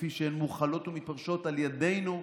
כפי שהן מוחלות ומתפרשות על ידינו,